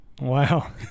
wow